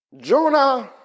Jonah